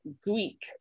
Greek